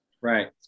Right